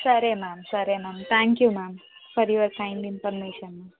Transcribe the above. సరే మామ్ సరే ma'am thank you ma'am for your kind information